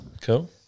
Cool